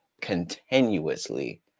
continuously